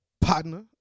partner